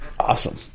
Awesome